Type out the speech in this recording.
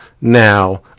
now